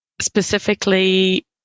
Specifically